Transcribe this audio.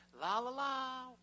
la-la-la